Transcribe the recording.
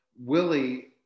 Willie